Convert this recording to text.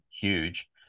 huge